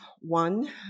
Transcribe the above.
One